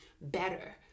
better